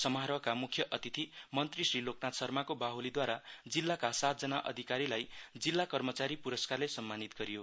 समारोहका मुखय अतिथि मन्त्री श्री लोकनाथ शर्माको बाहुलिद्वारा जिल्लाका सातजना अधिकारीलाई जिल्ला कर्मचारी पुरस्कारले सम्मानित गरियो